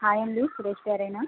hi అండి సురేష్ గారేనా